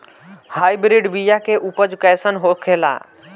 Hybrid बीया के उपज कैसन होखे ला?